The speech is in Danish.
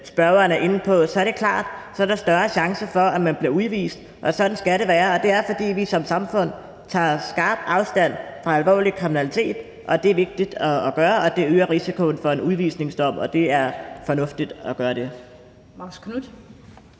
spørgeren er inde på, så er det klart, at der er større chance for, at man bliver udvist, og sådan skal det være. Og det er, fordi vi som samfund tager skarpt afstand fra alvorlig kriminalitet. Det er vigtigt at gøre, og det øger risikoen for en udvisningsdom, og det er fornuftigt at gøre det.